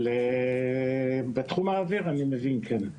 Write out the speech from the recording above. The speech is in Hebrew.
אבל בתחום האוויר אני מבין, כן.